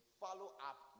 follow-up